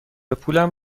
پولم